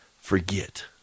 forget